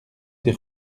des